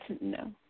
no